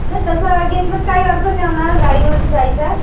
नाही तसं घेतलंस काही अडचण नाही होणार गाडीमध्येच जायचं आहे